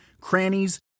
crannies